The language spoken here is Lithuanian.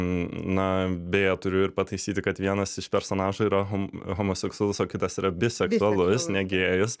na beje turiu ir pataisyti kad vienas iš personažų yra hom homoseksualus o kitas yra biseksualus ne gėjus